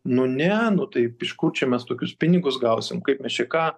nu ne iš kur mes čia tokius pinigus gausim kaip mes čia ką